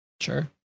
Sure